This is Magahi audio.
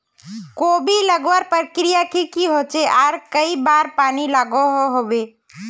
कोबी लगवार प्रक्रिया की की होचे आर कई बार पानी लागोहो होबे?